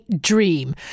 dream